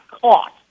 caught